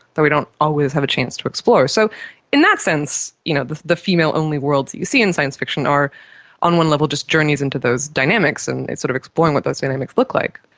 that we don't always have a chance to explore. so in that sense you know the the female-only worlds that you see in science fiction are on one level just journeys into those dynamics and sort of exploring what those dynamics look like.